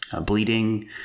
bleeding